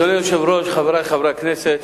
אדוני היושב-ראש, חברי חברי הכנסת,